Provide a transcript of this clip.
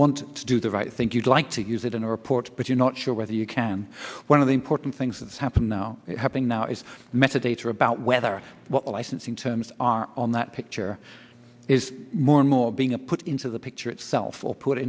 want to do the right think you'd like to use it in a report but you're not sure whether you can one of the important things that happen now happening now is meditator about whether what licensing terms are on that picture is more and more being a put into the picture itself or put